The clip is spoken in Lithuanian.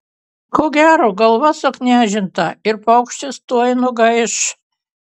ko gero galva suknežinta ir paukštis tuoj nugaiš